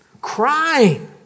Crying